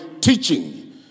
teaching